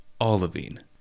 olivine